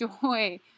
joy